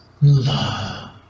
love